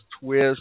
twist